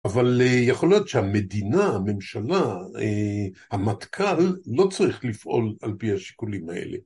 אבל יכול להיות שהמדינה, הממשלה, המטכל, לא צריך לפעול על פי השיקולים האלה.